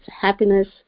happiness